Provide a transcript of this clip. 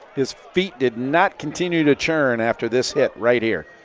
his feet did not continue to churn after this hit right here.